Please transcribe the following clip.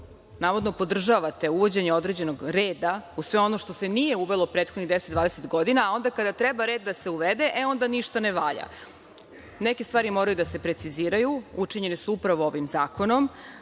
navodno, podržavate uvođenje određenog reda u sve ono što se nije uvelo prethodnih 10, 20 godina, a onda kada treba red da se uvede, e onda ništa ne valja. Neke stvari moraju da se preciziraju. Učinjene su upravo ovim zakonom.